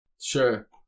Sure